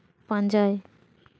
ᱯᱟᱸᱡᱟᱭ